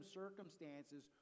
circumstances